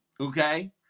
okay